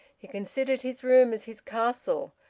he considered his room as his castle,